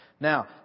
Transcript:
Now